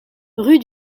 rue